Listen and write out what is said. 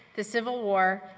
the civil war,